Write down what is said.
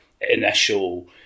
initial